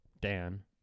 Dan